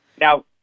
Now